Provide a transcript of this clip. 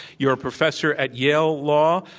you are a professor at yale law.